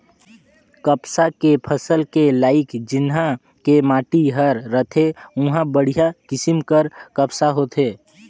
कपसा के फसल के लाइक जिन्हा के माटी हर रथे उंहा बड़िहा किसम के कपसा होथे